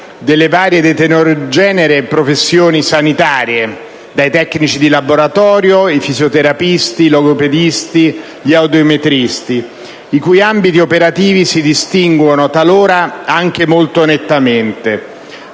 delle varie ed eterogenee professioni sanitarie, dai tecnici di laboratorio ai fisioterapisti, ai logopedisti e agli audiometristi, i cui ambiti operativi si distinguono talora anche molto nettamente.